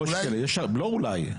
לא אולי,